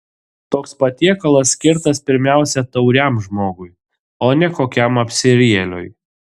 toks patiekalas skirtas pirmiausia tauriam žmogui o ne kokiam apsirijėliui